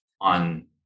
on